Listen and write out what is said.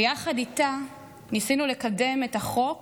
ויחד איתה ניסינו לקדם את החוק